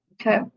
Okay